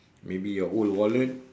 maybe your old wallet